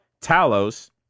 Talos